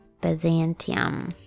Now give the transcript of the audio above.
Byzantium